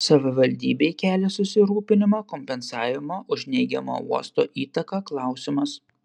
savivaldybei kelia susirūpinimą kompensavimo už neigiamą uosto įtaką klausimas